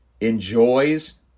enjoys